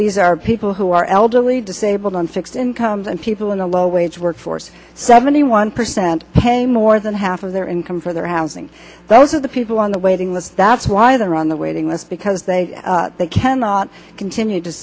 these are people who are elderly disabled on fixed incomes and people in the low wage workforce seventy one percent pay more than half of their income for their housing those are the people on the waiting list that's why they are on the waiting list because they they cannot continue to